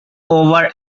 over